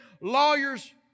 Lawyers